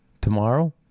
tomorrow